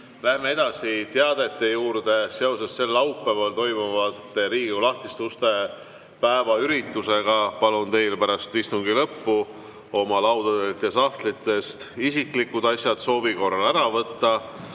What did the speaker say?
edasi teadete juurde. Seoses sel laupäeval toimuva Riigikogu lahtiste uste päeva üritusega palun teil pärast istungi lõppu oma laudadelt ja sahtlitest isiklikud asjad soovi korral ära võtta